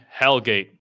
Hellgate